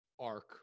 arc